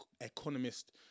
Economist